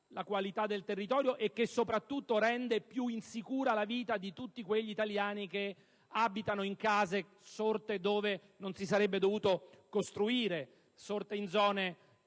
la qualità del territorio e soprattutto rende più insicura la vita di tutti quegli italiani che abitano in case sorte dove non si sarebbe dovuto costruire, in zone